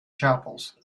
chapels